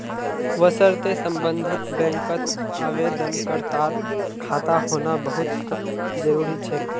वशर्ते सम्बन्धित बैंकत आवेदनकर्तार खाता होना बहु त जरूरी छेक